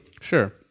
Sure